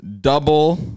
double